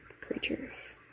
creatures